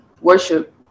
worship